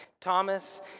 Thomas